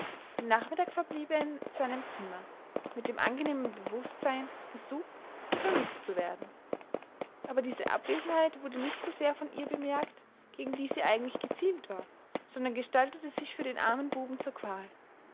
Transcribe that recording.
den nachmittag verblieb er in seinem zimmer mit dem angenehmen bewußtsein gesucht und vermißt zu werden aber diese abwesenheit wurde nicht so sehr von ihr bemerkt gegen die sie eigentlich gezielt war sondern gestaltete sich für den armen buben zur qual